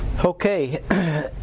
Okay